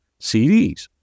CDs